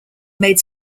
made